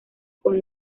con